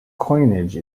coinage